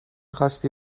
خاستی